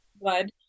blood